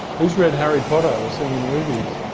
who's read harry potter or seen the movies?